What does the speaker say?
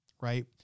right